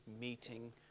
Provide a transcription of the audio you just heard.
meeting